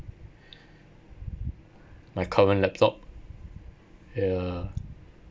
my current laptop ya